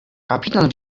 kapitan